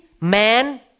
man